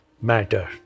matter